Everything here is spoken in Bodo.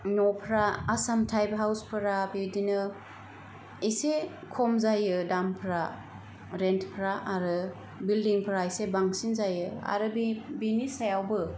न'फ्रा आसाम टाइप हाउसफोरा बिदिनो एसे खम जायो दामफ्रा रेन्टफ्रा आरो बिलडिंफ्रा एसे बांसिन जायो आरो बिनि सायावबो